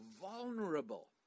vulnerable